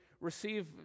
receive